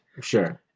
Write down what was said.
Sure